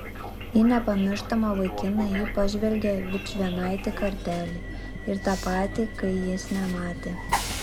į nepamirštamą vaikiną ji pažvelgė vičvienaitį kartelį ir tą patį kai jis nematė